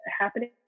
happening